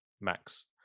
Max